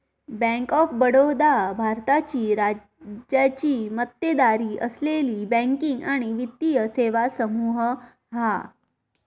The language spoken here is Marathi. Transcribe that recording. बँक ऑफ बडोदा भारताची राज्याची मक्तेदारी असलेली बँकिंग आणि वित्तीय सेवा समूह हा